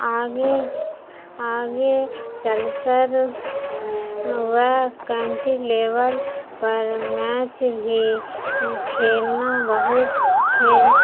آگے آگے چل کر وہ کنٹی لیول پر میچ بھی کھیلنا بہت کھیل